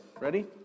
Ready